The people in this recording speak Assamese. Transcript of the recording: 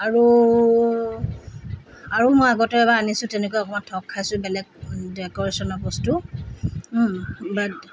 আৰু আৰু মই আগতে এবাৰ আনিছোঁ তেনেকৈ অকণমান ঠগ খাইছোঁ বেলেগ ডেকৰেশ্যনৰ বস্তু বাট